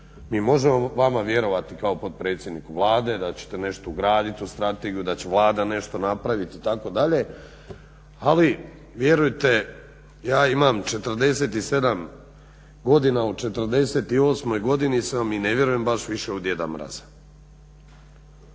mi možemo vama vjerovati kao potpredsjedniku Vlade da ćete nešto ugraditi u strategiju, da će Vlada nešto napraviti itd. Ali vjerujte ja imam 47 godina, u 48 godini sam i ne vjerujem baš više u djeda mraza.